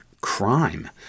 crime